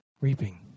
reaping